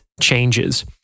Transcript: changes